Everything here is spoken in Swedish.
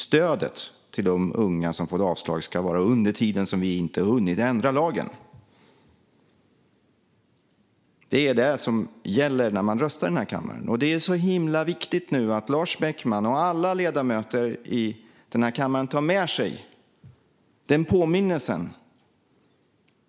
Stödet till de unga som fått avslag ska ges så länge vi inte hunnit ändra lagen. Det är detta som gäller när man röstar i denna kammare. Det är nu så himla viktigt att Lars Beckman och alla ledamöter i kammaren tar med sig den påminnelsen.